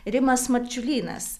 rimas marčiulynas